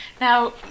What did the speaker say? Now